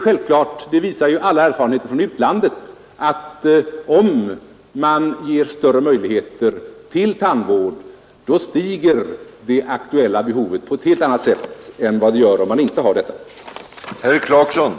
Alla erfarenheter från utlandet visar också, att om det finns större möjligheter till tandvärd, så stiger också efterfrågan på tandläkare på ett helt annat sätt än om det inte ges sådana möjligheter.